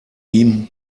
ihm